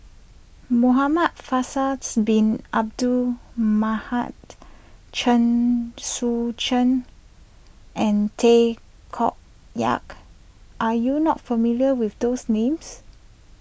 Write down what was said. Muhamad Faisals Bin Abdul Mahat Chen Sucheng and Tay Koh Yat are you not familiar with those names